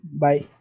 Bye